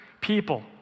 people